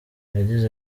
yagize